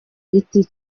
giti